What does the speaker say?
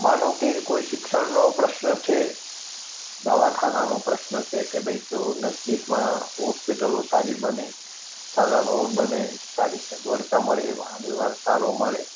માનો કે કોઇ શિક્ષણનો પ્રશ્ન છે દવાખાનાનો પ્રશ્ન છે કે ભાઈ જો નજીકમાં હૉસ્પિટલો સારી બને સારા રોડ બને સારી સગવડતા મળે વાહન વ્યવહાર સારો મળે